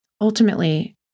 Ultimately